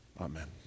Amen